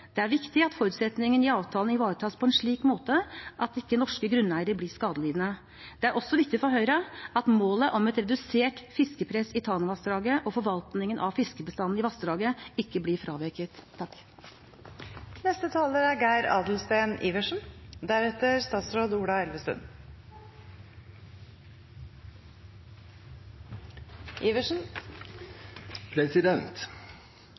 Det er viktig at forutsetningene i avtalen ivaretas på en slik måte at ikke norske grunneiere blir skadelidende. Det er også viktig for Høyre at målet om et redusert fiskepress i Tanavassdraget og forvaltningen av fiskebestanden i vassdraget ikke blir fraveket. Tanaelva er